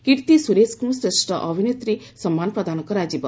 କୀର୍ତ୍ତି ସୁରେଶଙ୍କୁ ଶ୍ରେଷ୍ଠ ଅଭିନେତ୍ରୀ ସମ୍ମାନ ପ୍ରଦାନ କରାଯିବ